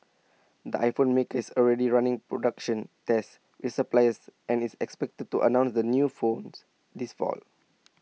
the iPhone maker is already running production tests with suppliers and is expected to announce the new phones this fall